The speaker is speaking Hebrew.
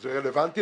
זה רלוונטי